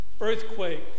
earthquake